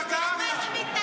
צריך לציית לבג"ץ?